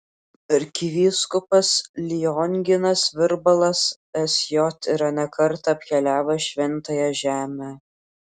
arkivyskupas lionginas virbalas sj yra ne kartą apkeliavęs šventąją žemę